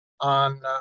on